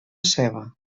ceba